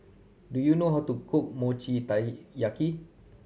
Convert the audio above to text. do you know how to cook Mochi Taiyaki